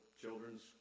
children's